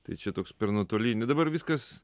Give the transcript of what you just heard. tai čia toks per nuotolinį dabar viskas